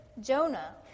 Jonah